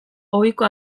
ohiko